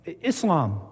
Islam